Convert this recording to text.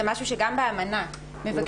זה משהו שגם באמנה מבקשים,